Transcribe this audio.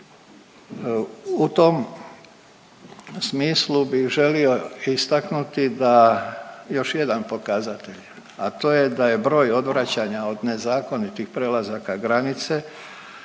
U tom smislu bi želio istaknuti da još jedan pokazatelj, a to je da je broj odvraćanja od nezakonitih prelazaka granice